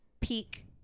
peak